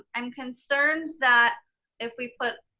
um i'm concerned that if we put,